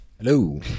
Hello